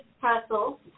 castle